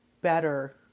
better